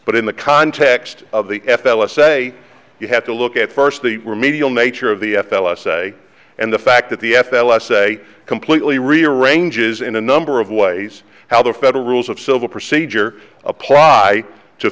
but in the context of the f l s say you have to look at first the remedial nature of the f l i say and the fact that the f l s say completely rearrange is in a number of ways how the federal rules of civil procedure apply to